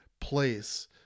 place